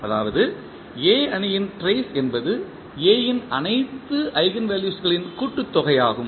அதாவது A அணியின் trace என்பது A இன் அனைத்து ஈஜென்வெல்யூஸ்களின் கூட்டுத்தொகையாகும்